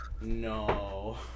No